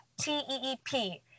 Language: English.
T-E-E-P